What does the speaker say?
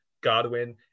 Godwin